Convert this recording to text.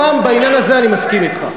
הפעם, בעניין הזה, אני מסכים אתך.